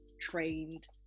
trained